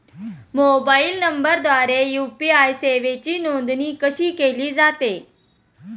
Mobile नंबरद्वारे UPI सेवेची नोंदणी कशी केली जाते?